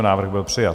Návrh byl přijat.